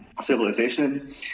civilization